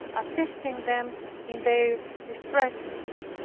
assisting them in their distresses.